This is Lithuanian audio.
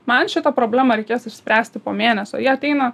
man šitą problemą reikės išspręsti po mėnesio jie ateina